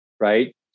Right